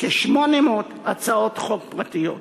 כ-800 הצעות חוק פרטיות.